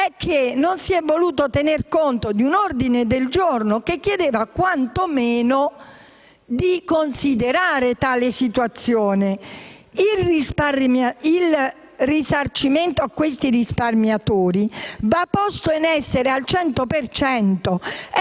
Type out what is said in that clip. è che non si è voluto tener conto di un ordine del giorno che chiedeva quantomeno di considerare tale situazione. Il risarcimento a questi risparmiatori va posto in essere al cento